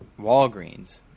Walgreens